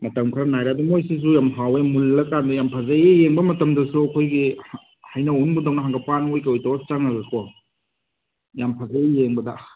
ꯃꯇꯝ ꯈꯔ ꯅꯥꯏꯔ ꯑꯗꯨ ꯃꯣꯏꯁꯤꯁꯨ ꯌꯥꯝ ꯍꯥꯎꯋꯦ ꯃꯨꯜꯂꯀꯥꯟꯗ ꯌꯥꯝ ꯐꯖꯩꯌꯦ ꯌꯦꯡꯕ ꯃꯇꯝꯗꯁꯨ ꯑꯩꯈꯣꯏꯒꯤ ꯍꯩꯅꯧ ꯑꯃꯨꯟꯕꯗꯧꯅ ꯍꯪꯒꯝꯄꯥꯟꯑꯣꯏ ꯀꯩꯑꯣꯏ ꯇꯧꯔ ꯆꯪꯉꯒꯀꯣ ꯌꯥꯝ ꯐꯖꯩ ꯌꯦꯡꯕꯗ